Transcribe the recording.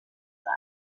that